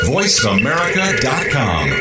VoiceAmerica.com